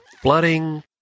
flooding